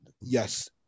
Yes